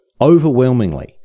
overwhelmingly